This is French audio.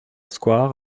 square